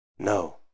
no